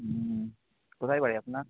হুম কোথায় বাড়ি আপনার